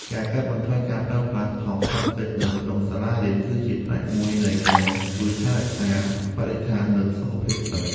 ការកាត់បន្ថយការប្រើប្រាស់ថង់ប្លាស្ទិកនៅក្នុងសាលារៀន គឺជាផ្នែកមួយនៃការជួយថែរក្សាបរិស្ថាននិងសុខភាពសិស្ស។